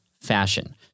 fashion